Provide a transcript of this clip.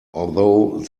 although